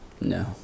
No